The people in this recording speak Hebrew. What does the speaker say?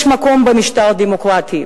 יש מקום בשלטון דמוקרטי,